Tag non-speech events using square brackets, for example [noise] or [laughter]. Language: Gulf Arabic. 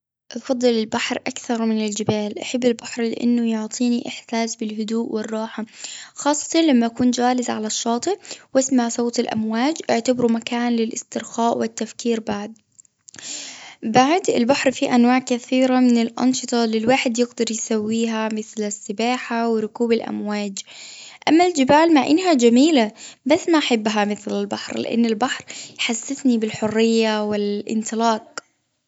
أفضل البحر أكثر من الجبال. [noise] أحب البحر لأنه يعطيني إحساس بالهدوء والراحة. خاصة لما أكون جالس على الشاطئ، وأسمع صوت الأمواج. أعتبروا مكان للإسترخاء والتفكير. بعد- بعد [noise] البحر فيه أنواع كثيرة من الأنشطة اللي الواحد [noise] يقدر يسويها، مثل السباحة وركوب الأمواج. أما الجبال [noise] مع إنها جميلة، بس ما أحبها مثل البحر، لأن البحر يحسسني بالحرية والإنطلاق.